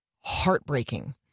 heartbreaking